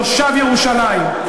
תושב ירושלים.